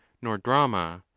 nor drama,